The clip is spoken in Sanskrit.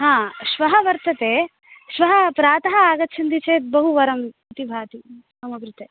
आं हा वर्तते श्वः प्रातः आगच्छन्ति चेत् बहु वरम् इति भाति मम कृते